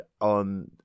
on